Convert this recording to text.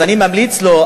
אז אני ממליץ לו,